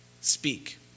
speak